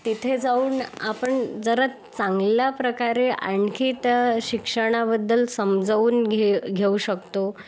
तिथे जाऊन आपण जरा चांगल्या प्रकारे आणखी त्या शिक्षणाबद्दल समजाउन घे घेऊ शकतो